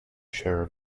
share